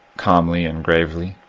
calmly and gravely,